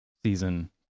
Season